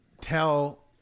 tell